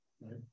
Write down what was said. right